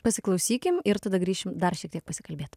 pasiklausykim ir tada grįšim dar šiek tiek pasikalbėt